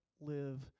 live